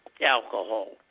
alcohol